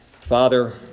Father